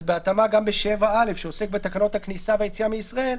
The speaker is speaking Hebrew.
אז בהתאמה גם ב-7א שעוסק בתקנות הכניסה והיציאה מישראל,